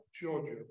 Georgia